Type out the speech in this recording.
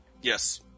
Yes